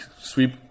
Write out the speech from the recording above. Sweep